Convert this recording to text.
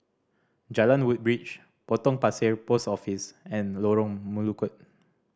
Jalan Woodbridge Potong Pasir Post Office and Lorong Melukut